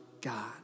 God